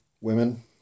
women